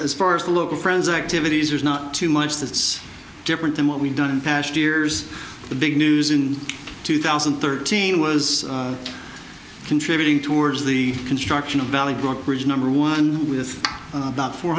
as far as the local friends activities are not too much that's different than what we've done in past years the big news in two thousand and thirteen was contributing towards the construction of valley brokerage number one with about four